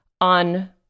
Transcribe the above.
on